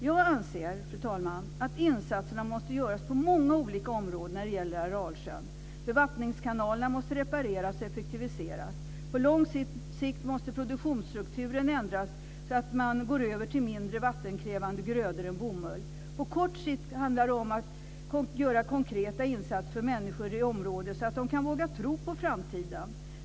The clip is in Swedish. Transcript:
Jag anser, fru talman, att insatserna måste göras på många olika områden när det gäller Aralsjön. Bevattningskanalerna måste repareras och effektiviseras. På lång sikt måste produktionsstrukturen ändras, så att man går över till mindre vattenkrävande grödor än bomull. På kort sikt handlar det om att göra konkreta insatser för människor i området, så att de kan våga tro på framtiden.